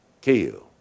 kill